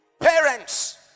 Parents